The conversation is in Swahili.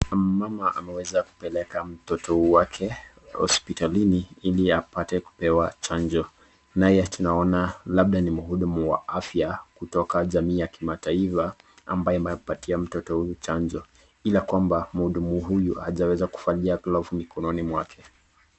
Kuna mama ambaye ameweza kupeleka mtoto wake hospitalini ili apate kupewa chanjo. Naye tunaona labda ni mhudumu wa afya kutoka jamii ya kimataifa ambaye anapatia mtoto huyu chanjo ila kwamba mhudumu huyu hajaweza kuvalia glovu mikononi mwake.